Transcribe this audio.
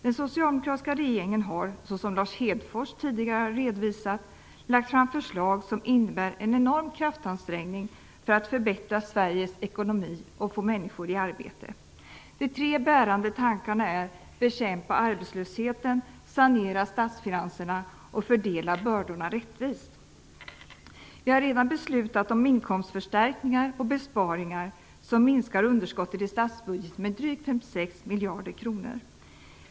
Den socialdemokratiska regeringen har, som Lars Hedfors tidigare har redovisat, lagt fram förslag som innebär en enorm kraftansträngning för att förbättra Sveriges ekonomi och få människor i arbete. De tre bärande tankarna är att arbetslösheten skall bekämpas, att statsfinanserna skall saneras och att bördorna skall fördelas rättvist. Vi har redan beslutat om inkomstförstärkningar och besparingar som minskar underskottet i statsbudgeten med drygt 56 miljarder kronor.